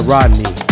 Rodney